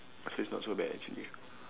so it's not so bad actually